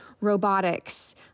robotics